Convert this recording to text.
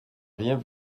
rien